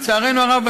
לצערנו הרב,